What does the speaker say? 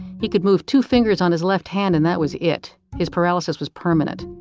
he could move two fingers on his left hand and that was it. his paralysis was permanent.